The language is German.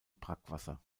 brackwasser